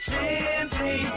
Simply